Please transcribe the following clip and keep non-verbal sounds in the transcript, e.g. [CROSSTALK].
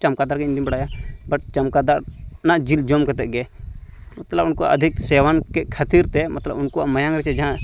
ᱪᱟᱢᱠᱟ ᱫᱟᱲᱜᱮ ᱤᱧᱫᱩᱧ ᱵᱟᱲᱟᱭᱟ ᱵᱟᱴ ᱪᱟᱢᱠᱟ ᱫᱟᱲ ᱚᱱᱟ ᱡᱤᱞ ᱡᱚᱢ ᱠᱟᱛᱮᱫ ᱜᱮ [UNINTELLIGIBLE] ᱩᱱᱠᱩᱣᱟᱜ ᱟᱫᱷᱤᱠ ᱥᱮᱣᱟᱱ ᱠᱮᱫ ᱠᱷᱟᱹᱛᱤᱨ ᱛᱮ ᱢᱚᱛᱞᱚᱵᱽ ᱩᱱᱠᱩᱣᱟᱜ ᱢᱟᱭᱟᱝ ᱨᱮ ᱪᱮ ᱡᱟᱦᱟᱸ